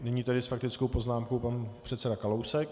Nyní tedy s faktickou poznámkou pan předseda Kalousek.